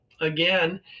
Again